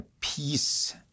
peace